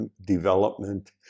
development